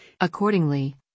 Accordingly